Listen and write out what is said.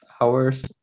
hours